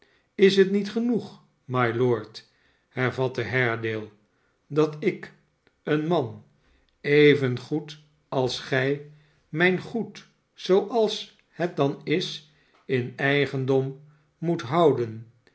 is het niet genoeg mylprd hervatte haredale dat ik een man evengoed als gij mijn goed zoqals het dan is in eigendom moet houden